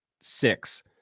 six